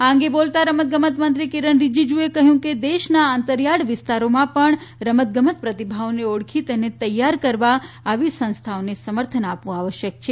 આ અંગે બોલતા રમતગમત મંત્રી કિરન રિજિજુએ કહ્યું કે દેશના અંતરિયાળ વિસ્તારોમાં પણ રમતગમત પ્રતિભાઓને ઓળખી તેને તૈયાર કરવા આવી સંસ્થાઓને સમર્થન આપવું આવશ્યક છે